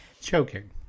Choking